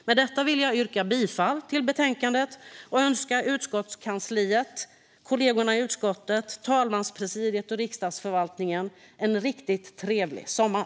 Med detta vill jag yrka bifall till utskottets förslag i betänkandet och önska utskottskansliet, kollegorna i utskottet, talmanspresidiet och Riksdagsförvaltningen en riktig trevlig sommar.